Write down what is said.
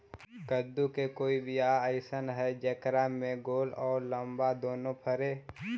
कददु के कोइ बियाह अइसन है कि जेकरा में गोल औ लमबा दोनो फरे?